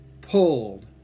pulled